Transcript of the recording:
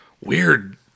weird